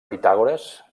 pitàgores